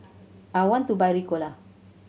I want to buy Ricola